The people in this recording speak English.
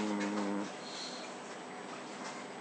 mm